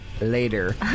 later